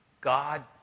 God